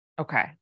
Okay